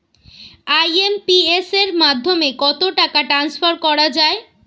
IMPS এর মাধ্যমে কত টাকা ট্রান্সফার করা যায়?